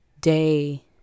day